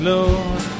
Lord